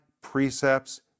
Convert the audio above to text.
precepts